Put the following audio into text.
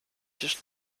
just